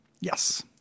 Yes